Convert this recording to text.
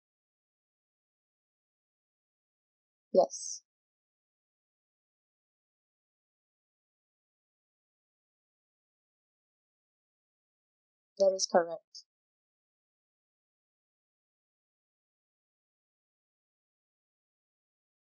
yes that is correct